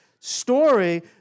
story